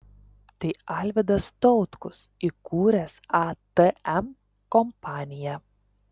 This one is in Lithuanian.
tai alvidas tautkus įkūręs atm kompaniją